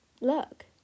look